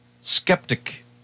skeptic